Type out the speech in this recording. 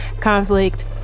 conflict